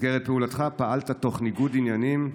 במסגרת פעולותיך פעלת תוך ניגוד עניינים,